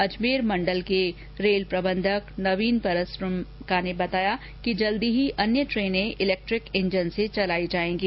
अजमेर मंडल के मंडल रेल प्रबंधक नवीन परसुरामका ने बताया कि जल्द ही अन्य ट्रेनें इलेक्ट्रिक इंजन से चलाई जाऐंगी